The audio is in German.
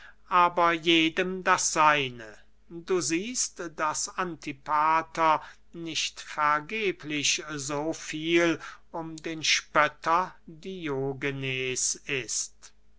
aber jedem das seine du siehst daß antipater nicht vergeblich so viel um den spötter diogenes ist